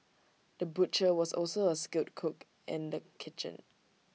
the butcher was also A skilled cook in the kitchen